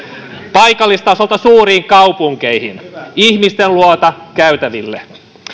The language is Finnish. paikallistasolta suuriin kaupunkeihin ihmisten luota käytäville